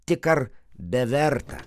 tik ar be verta